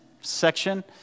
section